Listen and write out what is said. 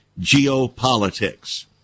geopolitics